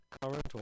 current